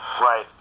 Right